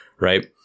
right